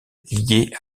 liée